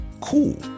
Cool